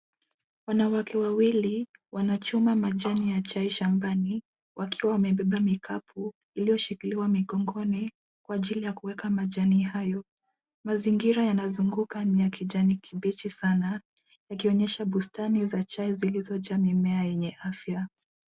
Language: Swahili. Wanawake wawili, wanachuma majani ya chai shambani, wakiwa wamebeba mikapu iliyoshikiliwa migongoni kwa ajili ya kuweka majani hayo. Mazingira yanayozunguka ni ya kijani kibichi sana yakionyesha bustani za chai zilizojaa mimea yenye afya.